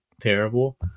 terrible